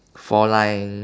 four lines